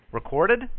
Recorded